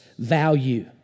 value